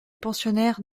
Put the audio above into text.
pensionnaires